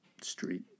Street